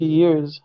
years